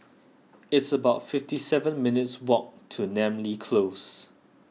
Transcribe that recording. it's about fifty seven minutes' walk to Namly Close